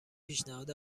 پیشنهاد